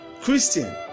Christian